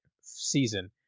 season